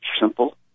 simple